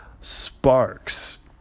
sparks